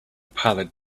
pallet